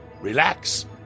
relax